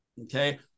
Okay